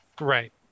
Right